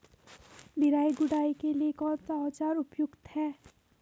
निराई गुड़ाई के लिए कौन सा औज़ार उपयुक्त है?